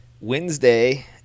Wednesday